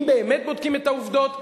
אם באמת בודקים את העובדות,